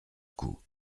coup